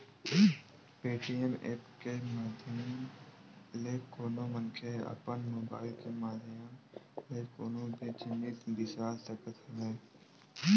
Paytm app के माधियम ले कोनो मनखे ह अपन मुबाइल के माधियम ले कोनो भी जिनिस बिसा सकत हवय